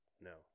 No